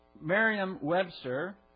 Merriam-Webster